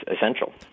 essential